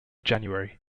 january